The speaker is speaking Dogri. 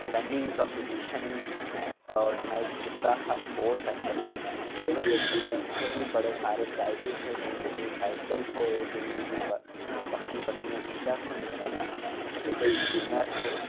रनिनंग कम्पिटिशन आरगेनाइज कीता हा स्पोटस सेक्टर ने जेहदे बिच्च उनें उत्थै बी बड़े सारे प्राइज है केइंये गी साइकल थ्होऐ केइयें गी बक्खरियां बक्खरियां चीजां थ्होइयां हियां जेह्के विनरस हे